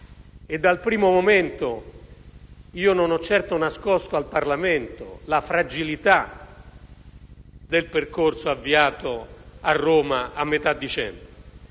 Dal primo momento, non ho certo nascosto al Parlamento la fragilità del percorso avviato a Roma a metà dicembre.